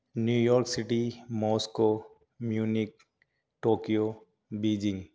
new York City Moscow Munich Tokyo Beijing